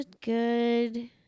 good